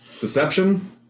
deception